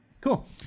cool